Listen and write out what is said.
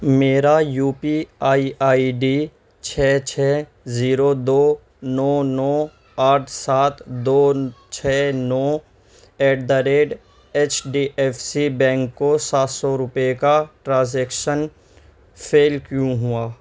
میرا U P I I D چھ چھ زیرو دو نو نو آٹھ سات دو چھ نو at the rate H D F C bank کو سات سو روپے کا ٹرانزیکشن فیل کیوں ہوا